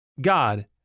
God